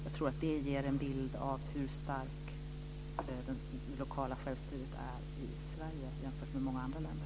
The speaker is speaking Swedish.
Jag tror att det ger en bild av hur starkt det lokala självstyret är i Sverige jämfört med i många andra länder.